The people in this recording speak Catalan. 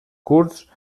curts